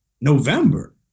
November